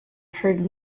heard